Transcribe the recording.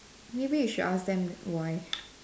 maybe you should ask them why